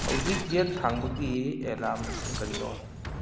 ꯍꯧꯖꯤꯛ ꯌꯦꯠ ꯊꯥꯡꯕꯒꯤ ꯑꯦꯂꯥꯔꯝꯁꯤꯡ ꯀꯔꯤꯅꯣ